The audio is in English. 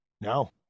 No